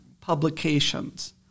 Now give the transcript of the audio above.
publications